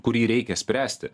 kurį reikia spręsti